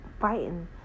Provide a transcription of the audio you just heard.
fighting